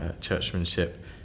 churchmanship